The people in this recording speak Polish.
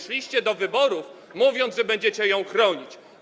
Szliście do wyborów, mówiąc, że będziecie ją chronić.